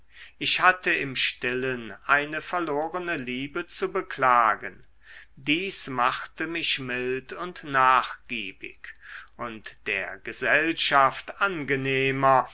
ich hatte im stillen eine verlorene liebe zu beklagen dies machte mich mild und nachgiebig und der gesellschaft angenehmer